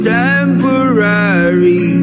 temporary